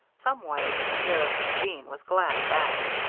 some way, embarrassed jeanne was glad of that.